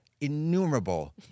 innumerable